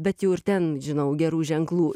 bet jau ir ten žinau gerų ženklų